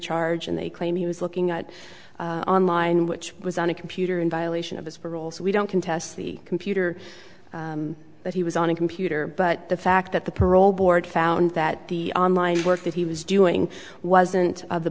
charge and they claim he was looking at online which was on a computer in violation of his parole so we don't contest the computer but he was on a computer but the fact that the parole board found that the online work that he was doing wasn't the